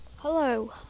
Hello